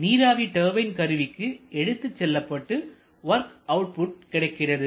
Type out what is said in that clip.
நீராவி டர்பைன் கருவிக்கு எடுத்துச் செல்லப்பட்டு வொர்க் அவுட்புட் கிடைக்கிறது